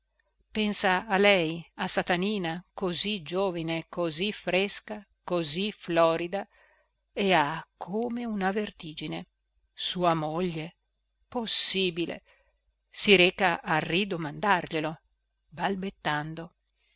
pensa a lei a satanina così giovine così fresca così florida e ha come una vertigine sua moglie possibile si reca a ridomandarglielo balbettando